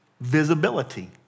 visibility